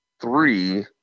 three